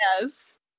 Yes